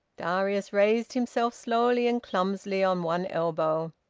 darius raised himself slowly and clumsily on one elbow.